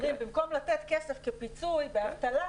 אומרים שבמקום לתת כסף כפיצוי באבטלה,